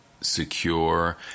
secure